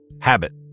Habit